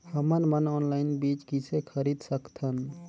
हमन मन ऑनलाइन बीज किसे खरीद सकथन?